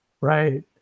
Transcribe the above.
Right